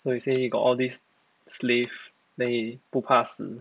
so he say he got all this slave then he 不怕死